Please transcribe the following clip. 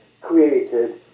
created